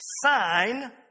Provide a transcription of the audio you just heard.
sign